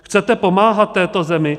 Chcete pomáhat této zemi?